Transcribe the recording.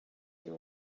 you